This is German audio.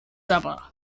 aber